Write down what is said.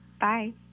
Bye